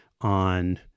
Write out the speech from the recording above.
on